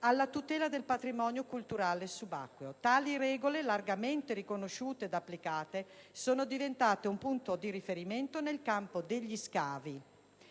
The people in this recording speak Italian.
alla tutela del patrimonio culturale subacqueo. Tali regole, largamente riconosciute ed applicate, sono diventate un punto di riferimento nel campo degli scavi